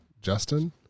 justin